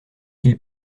ils